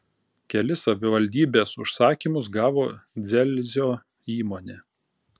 kelis savivaldybės užsakymus gavo dzelzio įmonė